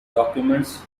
documents